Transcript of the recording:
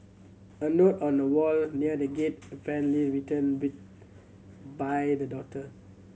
a note on a wall near the gate apparently written be by the daughter